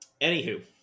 Anywho